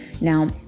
Now